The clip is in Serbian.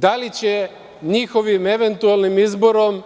Da li će njihovim eventualnim izborom